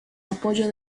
apoyo